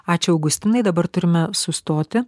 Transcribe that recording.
ačiū augustinai dabar turime sustoti